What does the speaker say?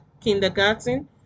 kindergarten